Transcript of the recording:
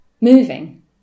moving